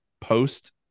post